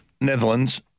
Netherlands